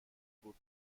بود